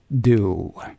do